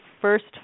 first